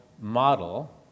model